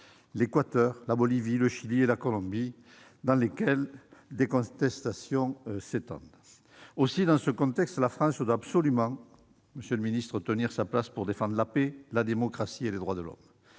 l'Équateur, la Bolivie, le Chili et la Colombie, dans lesquels les contestations s'étendent. Aussi, dans ce contexte, la France doit absolument tenir sa place pour défendre la paix, la démocratie et les droits de l'homme.